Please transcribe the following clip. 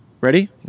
Ready